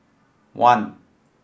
one